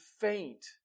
faint